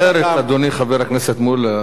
אדוני חבר הכנסת מולה.